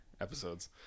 episodes